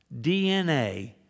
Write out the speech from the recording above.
DNA